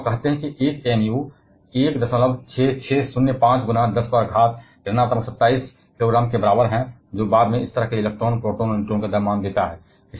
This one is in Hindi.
उचित माप कहते हैं कि एक amu 16605 X 10 किलोग्राम की शक्ति के बराबर है जो बाद में इस तरह इलेक्ट्रॉन प्रोटॉन और न्यूट्रॉन के द्रव्यमान को देता है